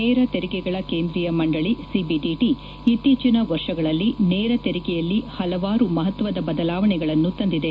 ನೇರ ತೆರಿಗೆಗಳ ಕೇಂದ್ರೀಯ ಮಂಡಳಿ ಸಿಬಿಡಿಟಿ ಇತ್ತೀಚಿನ ವರ್ಷಗಳಲ್ಲಿ ನೇರ ತೆರಿಗೆಯಲ್ಲಿ ಹಲವಾರು ಮಹತ್ವದ ಬದಲಾವಣೆಗಳನ್ನು ತಂದಿದೆ